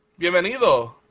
Bienvenido